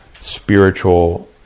Spiritual